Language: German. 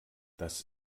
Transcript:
das